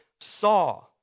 saw